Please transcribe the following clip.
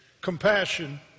compassion